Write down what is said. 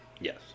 Yes